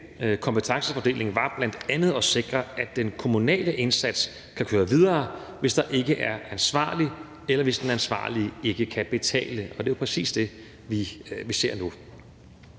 den kompetencefordeling var bl.a. at sikre, at den kommunale indsats kan køre videre, hvis der ikke er ansvarlige, eller hvis den ansvarlige ikke kan betale. Det er præcis det, vi ser nu.